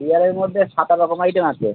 দুই আড়াইয়ের মধ্যে সাত আট রকম আইটেম আছে